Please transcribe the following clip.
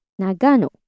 Nagano